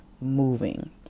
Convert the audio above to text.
moving